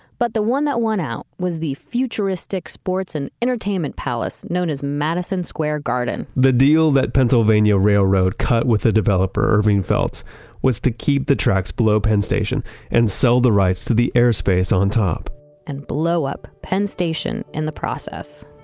but the one that won out was the futuristic sports and entertainment palace known as madison square garden the deal that pennsylvania railroad cut with the developer irving felt was to keep the tracks below penn station and sell the rights to the airspace on top and blow up penn station in and the process